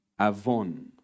avon